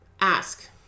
ask